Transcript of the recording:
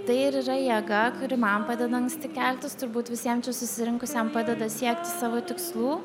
tai ir yra jėga kuri man padeda anksti keltis turbūt visiem čia susirinkusiem padeda siekti savo tikslų